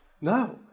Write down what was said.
No